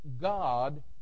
God